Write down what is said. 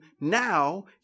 now